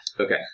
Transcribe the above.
Okay